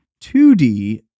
2D